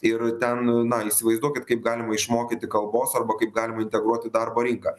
ir ten na įsivaizduokit kaip galima išmokyti kalbos arba kaip galima integruoti į darbo rinką